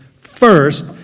First